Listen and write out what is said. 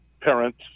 parents